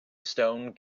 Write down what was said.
stone